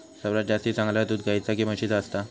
सर्वात जास्ती चांगला दूध गाईचा की म्हशीचा असता?